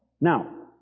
Now